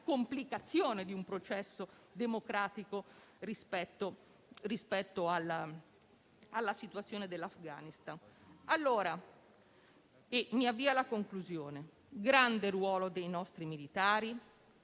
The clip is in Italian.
complicazione del processo democratico rispetto alla situazione dell'Afghanistan. Mi avvio alla conclusione. Grande ruolo dei nostri militari